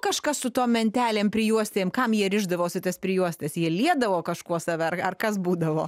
kažkas su tom mentelėm prijuostėm kam jie rišdavosi tas prijuostes jie liedavo kažkuo save ar ar kas būdavo